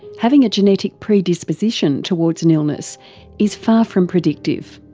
having a genetic predisposition towards an illness is far from predictive.